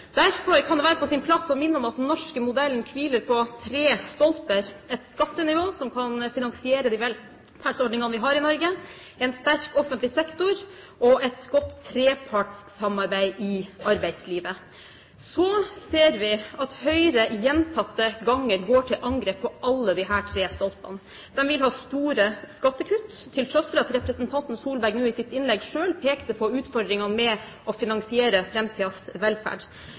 Derfor kan det være på sin plass å minne om at den norske modellen hviler på tre stolper – et skattenivå som kan finansiere de velferdsordningene vi har i Norge, en sterk offentlig sektor og et godt trepartssamarbeid i arbeidslivet. Vi ser at Høyre gjentatte ganger går til angrep på alle disse tre stolpene. De vil ha store skattekutt, til tross for at representanten Solberg nå i sitt innlegg selv pekte på utfordringene med å finansiere framtidens velferd.